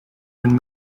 been